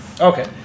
okay